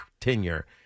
tenure